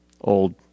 old